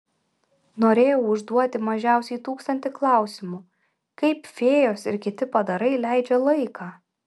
norėjau užduoti mažiausiai tūkstantį klausimų kaip fėjos ir kiti padarai leidžia laiką